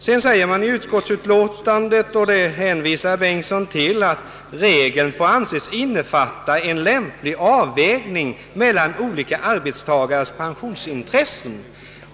Vidare heter det i utlåtandet — och herr Bengtsson hänvisar till detta — att regeln »får anses innefatta en lämplig avvägning mellan olika arbetstagares pensionsintressen».